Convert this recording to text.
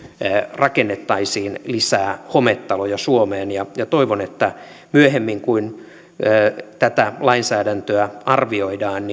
rakennettaisiin lisää hometaloja suomeen toivon että myöhemmin kun tätä lainsäädäntöä arvioidaan